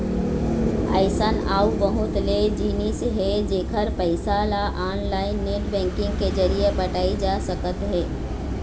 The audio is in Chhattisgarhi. अइसन अउ बहुत ले जिनिस हे जेखर पइसा ल ऑनलाईन नेट बैंकिंग के जरिए पटाए जा सकत हे